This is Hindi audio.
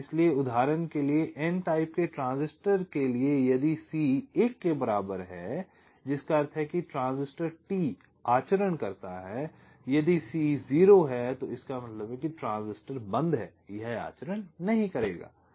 इसलिए उदाहरण के लिए n टाइप के ट्रांजिस्टर के लिए यदि C 1 के बराबर है जिसका अर्थ है कि ट्रांजिस्टर T आचरण करता है यदि C 0 है तो इसका मतलब है कि ट्रांजिस्टर बंद है यह आचरण नहीं करता है